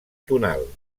tonal